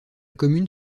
commune